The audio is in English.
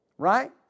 Right